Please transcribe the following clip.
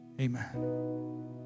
Amen